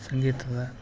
ಸಂಗೀತದ